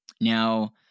Now